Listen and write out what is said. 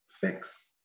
fix